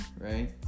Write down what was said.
right